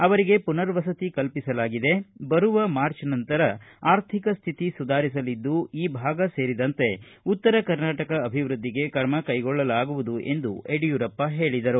ಅವರಿಗೆ ಪುರ್ನವಸತಿ ಕಲ್ಪಿಸಲಾಗಿದ್ದು ಬರುವ ಮಾರ್ಚ ನಂತರ ಆರ್ಥಿಕ ಸ್ಥಿತಿ ಸುಧಾರಿಸಲಿದ್ದು ಈ ಭಾಗ ಸೇರಿದಂತೆ ಉತ್ತರ ಕರ್ನಾಟಕ ಅಭಿವೃದ್ಧಿಗೆ ತ್ರಮ ಕೈಗೊಳ್ಳಲಾಗುವುದು ಎಂದು ಯಡಿಯೂರಪ್ಪ ಹೇಳಿದರು